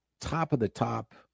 top-of-the-top